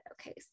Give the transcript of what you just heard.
okay